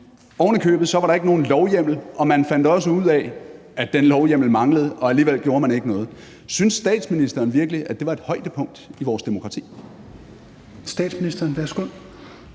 Ovenikøbet var der ikke nogen lovhjemmel, og man fandt også ud af, at den lovhjemmel manglede, og alligevel gjorde man ikke noget. Synes statsministeren virkelig, at det var et højdepunkt i vores demokrati? Kl. 22:59 Tredje